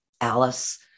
Alice